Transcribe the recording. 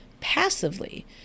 passively